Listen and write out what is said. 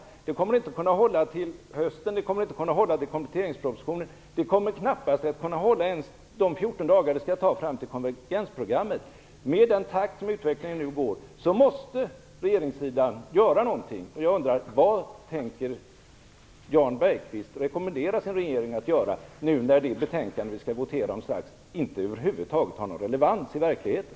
Det kommer inte att kunna hålla till hösten, inte till kompletteringspropositionen. Det kommer knappast att kunna hålla ens de fjorton dagar det tar till konvergensprogrammmet. Med den takt som utvecklingen nu går måste regeringssidan göra någonting. Jag undrar: Vad tänker Jan Bergqvist rekommendera sin regering att göra nu när det betänkande som vi strax skall votera om inte över huvud taget har någon relevans i verkligheten?